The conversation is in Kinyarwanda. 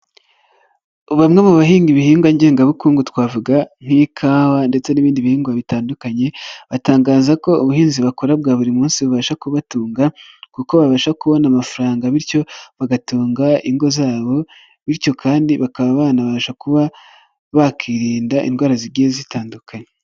Bamwe mu bahinga ibihingwa ngengabukungu twavuga nk'ikawa, ndetse n'ibindi bihingwa bitandukanye, batangaza ko ubuhinzi bakora bwa buri munsi bubasha kubatunga kuko babasha kubona amafaranga, bityo bagatunga ingo zabo, bityo kandi bakaba banabasha kuba bakirinda indwara zigiye zitandukanye.